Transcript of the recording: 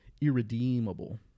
Irredeemable